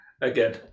again